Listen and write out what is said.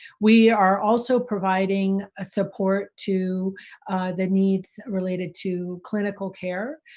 we are also providing ah support to the needs related to clinical care.